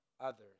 others